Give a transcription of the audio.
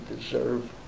deserve